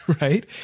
right